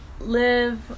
live